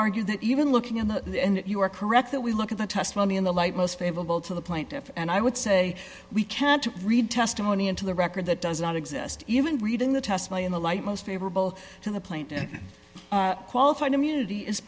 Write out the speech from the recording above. argue that even looking and you are correct that we look at the testimony in the light most favorable to the plaintiff and i would say we can't read testimony into the record that does not exist even reading the testimony in the light most favorable to the plaintiff qualified immunity is